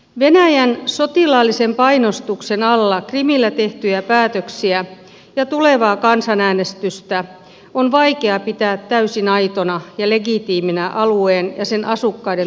venäjän sotilaallisen painostuksen alla krimillä tehtyjä päätöksiä ja tulevaa kansanäänestystä on vaikea pitää täysin aitona ja legitiiminä alueen ja sen asukkaiden tahdonilmauksena